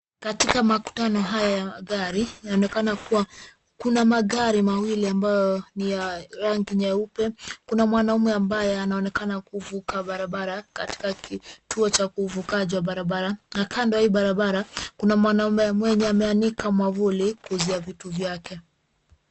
At the car junction, there seem to be two cars that are white in color, there is a man who is crossing the road at the zebra crossing, and beside the road, there is a man who has hang an umbrella to sell his things.